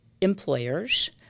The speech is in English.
employers